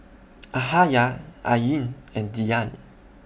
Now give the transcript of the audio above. Yahaya Ain and Dian